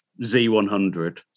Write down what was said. Z100